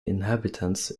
inhabitants